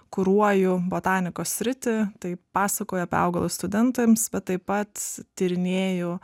kuruoju botanikos sritį tai pasakoju apie augalus studentams bet taip pat tyrinėju